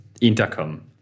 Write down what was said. intercom